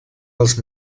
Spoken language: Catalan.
als